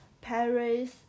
paris